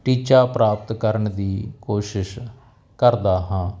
ਟੀਚਾ ਪ੍ਰਾਪਤ ਕਰਨ ਦੀ ਕੋਸ਼ਿਸ਼ ਕਰਦਾ ਹਾਂ